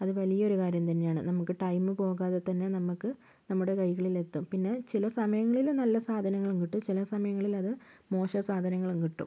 അത് വലിയൊരു കാര്യം തന്നെയാണ് നമുക്ക് ടൈം പോകാതെ തന്നെ നമുക്ക് നമ്മുടെ കൈകളിലെത്തും പിന്നെ ചില സമയങ്ങളിൽ നല്ല സാധനങ്ങളും കിട്ടും ചില സമയങ്ങളിലത് മോശം സാധനങ്ങളും കിട്ടും